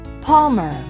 Palmer